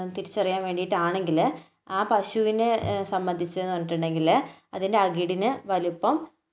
തിരിച്ചറിയാൻ വേണ്ടിട്ട് ആണെങ്കിൽ ആ പശുവിനെ സംബന്ധിച്ചെന്ന് പറഞ്ഞിട്ടുണ്ടെങ്കിൽ അതിൻ്റെ അകിടിന് വലിപ്പം